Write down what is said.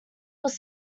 was